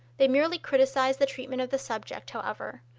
they merely criticized the treatment of the subject, however.